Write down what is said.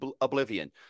oblivion